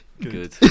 Good